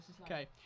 Okay